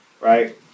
right